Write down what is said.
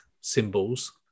symbols